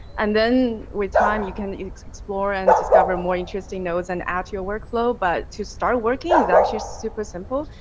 and then with time you can explore and discover more interesting nodes and add to your workflow. but to start working is actually super simple.